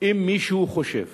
אם מישהו חושב